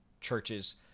churches